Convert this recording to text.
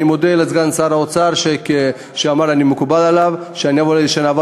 אני מודה לסגן שר האוצר שאמר שמקובל עליו שאני אבוא להבנות כלשהן,